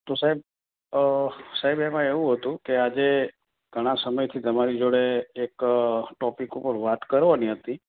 તો સાહેબ અ સાહેબ એમાં એવું હતું કે આજે ઘણા સમયથી તમારી જોડે એક ટૉપિક ઉપર વાત કરવાની હતી